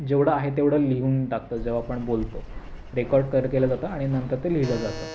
जेवढं आहे तेवढं लिहून टाकतो जे आपण बोलतो रेकॉर्ड कर केलं जातं आणि नंतर ते लिहिलं जातं